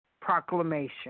proclamation